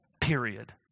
period